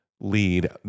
lead